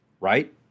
Right